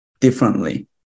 differently